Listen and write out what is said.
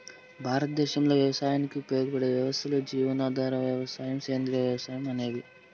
భారతదేశంలో వ్యవసాయానికి ఉపయోగపడే వ్యవస్థలు జీవనాధార వ్యవసాయం, సేంద్రీయ వ్యవసాయం అనేవి